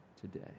today